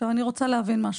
עכשיו אני רוצה להבין משהו.